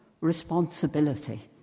Responsibility